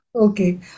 okay